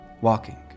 Walking